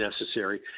necessary